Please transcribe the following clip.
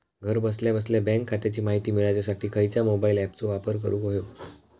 घरा बसल्या बसल्या बँक खात्याची माहिती मिळाच्यासाठी खायच्या मोबाईल ॲपाचो वापर करूक होयो?